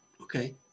Okay